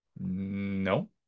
no